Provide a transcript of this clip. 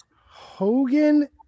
Hogan